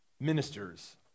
ministers